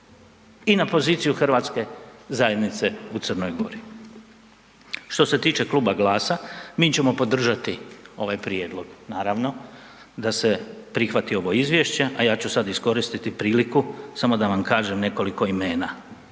i na poziciju hrvatske zajednice u Crnoj Gori. Što se tiče Kluba GLAS-a mi ćemo podržati ovaj prijedlog, naravno da se prihvati ovo izvješće, a ja ću sad iskoristiti priliku samo da vam kažem nekoliko imena,